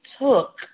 took